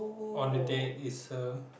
on the date is a